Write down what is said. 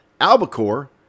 albacore